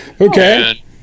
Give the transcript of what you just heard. Okay